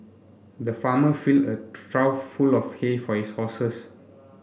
the farmer filled a trough full of hay for his horses